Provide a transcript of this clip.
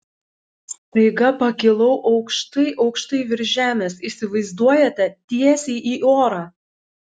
staiga pakilau aukštai aukštai virš žemės įsivaizduojate tiesiai į orą